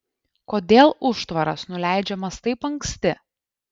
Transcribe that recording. kodėl užtvaras nuleidžiamas taip anksti